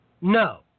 no